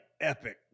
epic